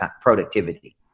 productivity